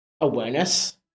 awareness